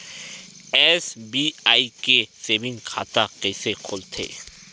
SBI के saving खाता कइसे खोलथे?